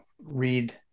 read